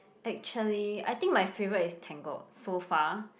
actually I think my favorite is Tangled so far